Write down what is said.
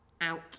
out